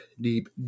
deep